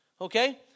Okay